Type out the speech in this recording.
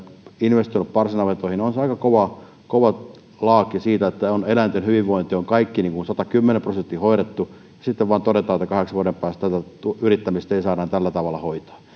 investoineet parsinavettoihin niin on se aika kova kova laaki kun eläinten hyvinvointi on satakymmentä prosenttisesti hoidettu ja sitten vain todetaan että kahdeksan vuoden päästä tätä yrittämistä ei saada enää tällä tavalla hoitaa